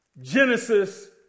Genesis